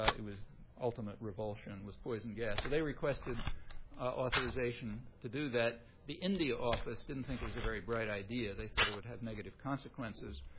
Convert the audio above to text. it was ultimate revulsion. it was poison gas. so they requested authorization to do that. the india office didn't think it was a very bright idea. they thought it would have negative consequences.